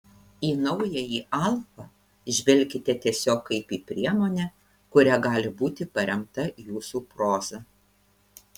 į naująjį alfa žvelkite tiesiog kaip į priemonę kuria gali būti paremta jūsų proza